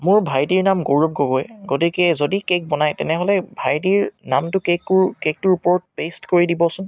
মোৰ ভাইটিৰ নাম গৌৰৱ গগৈ গতিকে যদিহ কেক বনায় তেনেহ'লে ভাইটিৰ নামটো কেকৰ কেকটোৰ ওপৰত পেষ্ট কৰি দিবচোন